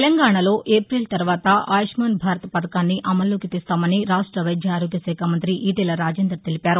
తెలంగాణలో ఏపిల్ తర్వాత ఆయుష్మాన్ భారత్ పథకాన్ని అమల్లోకితెస్తామని వైద్యఆరోగ్యశాఖ మంత్రి ఈటెల రాజేందర్ తెలిపారు